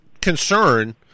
concern